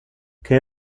que